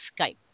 Skype